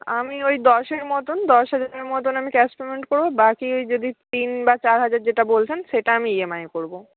আমি ওই দশের মতন দশ হাজারের মতন আমি ক্যাশ পেমেন্ট করবো বাকি ওই যদি তিন বা চার হাজার যেটা বলছেন সেটা আমি ইএমআইয়ে করবো